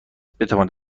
بتواند